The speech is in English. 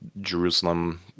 jerusalem